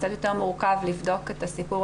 קצת יותר מורכב לבדוק את הסיפור,